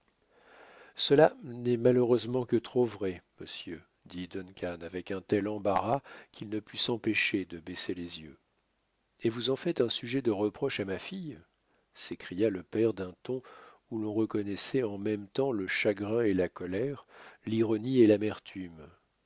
cela n'est malheureusement que trop vrai monsieur dit duncan avec un tel embarras qu'il ne put s'empêcher de baisser les yeux et vous en faites un sujet de reproche à ma fille s'écria le père d'un ton où l'on reconnaissait en même temps le chagrin et la colère l'ironie et l'amertume